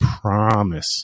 promise